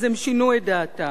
אז שינו את דעתם.